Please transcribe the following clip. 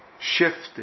shifted